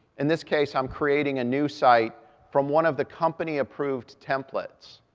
in this case i'm creating a new site from one of the company-approved templates.